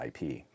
IP